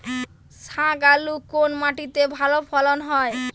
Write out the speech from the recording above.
শাকালু কোন মাটিতে ভালো ফলন হয়?